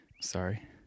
Sorry